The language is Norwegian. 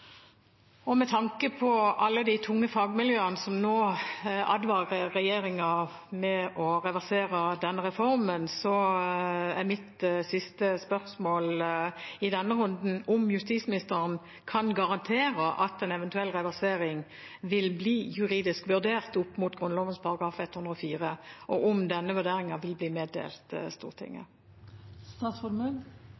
Med tanke på alle de tunge fagmiljøene som nå advarer regjeringen mot å reversere denne reformen, er mitt siste spørsmål i denne runden om justisministeren kan garantere at en eventuell reversering vil bli juridisk vurdert opp mot Grunnloven § 104, og om denne vurderingen vil bli meddelt Stortinget?